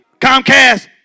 Comcast